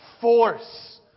force